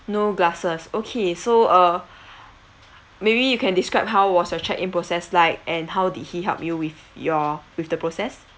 no glasses okay so uh maybe you can describe how was your check in process like and how did he help you with your with the process